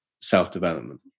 self-development